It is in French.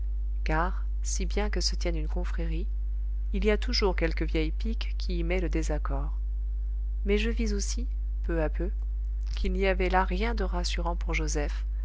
car si bien que se tienne une confrérie il y a toujours quelque vieille pique qui y met le désaccord mais je vis aussi peu à peu qu'il n'y avait là rien de rassurant pour joseph